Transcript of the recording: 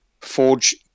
forge